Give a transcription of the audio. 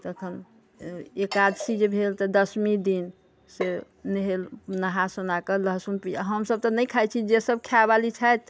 तखन एकादशी जे भेल तऽ दशमी दिन से नेहे नहा सुनाकऽ लहसुन प्याज हम सभ तऽ नहि खाइ छी जे सभ खाइवाली छथि